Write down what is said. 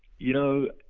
you know,